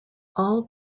all